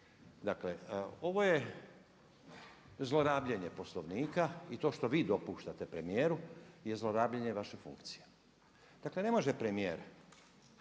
Dakle ovo je zlorabljenje Poslovnika i to što vi dopuštate premijeru je zlorabljenje vaše funkcije. Dakle ne može premijer